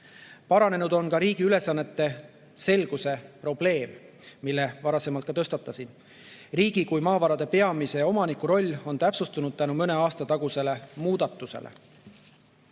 Paranenud on ka riigi ülesannete selguse probleem, mille varasemalt tõstatasin. Riigi kui maavarade peamise omaniku roll on täpsustunud tänu mõne aasta tagusele muudatusele.